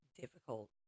difficult